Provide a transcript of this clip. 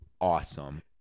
awesome